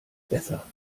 besser